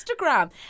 Instagram